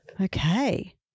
Okay